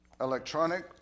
electronic